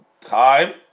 time